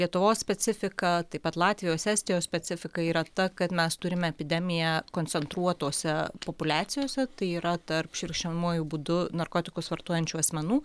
lietuvos specifiką taip pat latvijos estijos specifika yra ta kad mes turime epidemiją koncentruotose populiacijose tai yra tarp švirkščiamuoju būdu narkotikus vartojančių asmenų